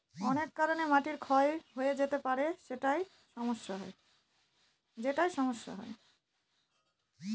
অনেক কারনে মাটি ক্ষয় হয়ে যেতে পারে যেটায় সমস্যা হয়